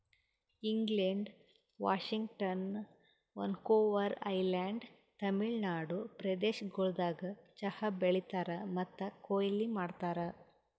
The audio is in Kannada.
England, Washington, Vancouver island, Tamil Nadu ಪ್ರದೇಶಗೊಳ್ದಾಗ್ ಚಹಾ ಬೆಳೀತಾರ್ ಮತ್ತ ಕೊಯ್ಲಿ ಮಾಡ್ತಾರ್